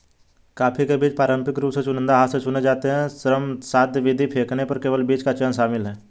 coffee के बीज पारंपरिक रूप से चुनिंदा हाथ से चुने जाते हैं, श्रमसाध्य विधि, पकने पर केवल बीज का चयन शामिल है